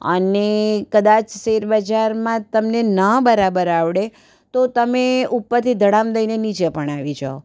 અને કદાચ શેરબજારમાં તમને ના બરાબર આવડે તો તમે ઉપરથી ધડામ દઈને નીચે પણ આવી જાવ